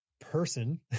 person